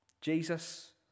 Jesus